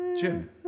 Jim